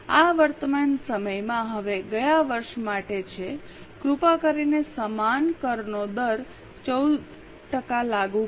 આ વર્તમાન વર્ષમાં હવે ગયા વર્ષ માટે છે કૃપા કરીને સમાન કરનો દર 14 ટકા લાગુ કરો